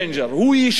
הוא ישנה,